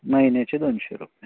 महिन्याचे दोनशे रुपये